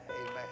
Amen